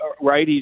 right